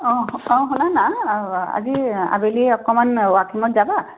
অহ অহ শুনানা আজি আবেলি অকণমান ৱাকিঙত যাবা